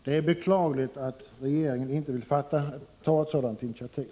Det är beklagligt att regeringen inte vill ta ett sådant initiativ.